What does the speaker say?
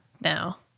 now